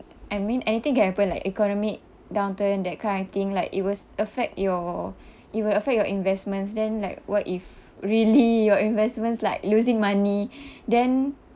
I mean anything can happen like economic downturn that kind of thing like it will s~ affect your it will affect your investments then like what if really your investments like losing money then